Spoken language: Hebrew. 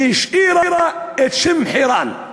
והשאירה את השם חירן,